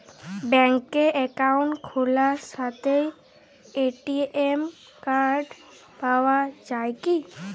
ব্যাঙ্কে অ্যাকাউন্ট খোলার সাথেই এ.টি.এম কার্ড পাওয়া যায় কি?